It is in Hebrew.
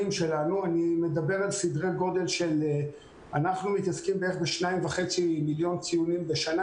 שלנו אני מדבר על סדרי גודל של 2.5 מיליון ציונים בשנה.